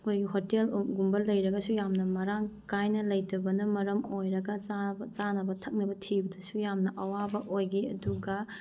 ꯑꯩꯈꯣꯏ ꯍꯣꯇꯦꯜꯒꯨꯝꯕ ꯂꯩꯔꯒꯁꯨ ꯌꯥꯝꯅ ꯃꯔꯥꯡ ꯀꯥꯏꯅ ꯂꯩꯇꯕꯅ ꯃꯔꯝ ꯑꯣꯏꯔꯒ ꯆꯥꯅꯕ ꯊꯛꯅꯕ ꯊꯤꯕꯗꯁꯨ ꯌꯥꯝꯅ ꯑꯋꯥꯕ ꯑꯣꯏꯈꯤ ꯑꯗꯨꯒ